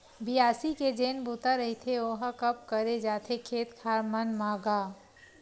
बियासी के जेन बूता रहिथे ओहा कब करे जाथे खेत खार मन म गा?